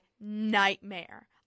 nightmare